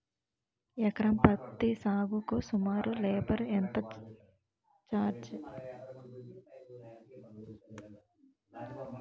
ఎకరం పత్తి సాగుకు సుమారు లేబర్ ఛార్జ్ ఎంత?